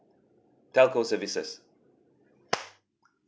telco services